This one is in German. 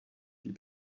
die